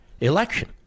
election